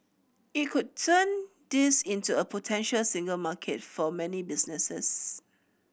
it could turn this into a potential single market for many businesses